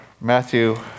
Matthew